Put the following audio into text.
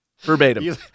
Verbatim